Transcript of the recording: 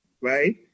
right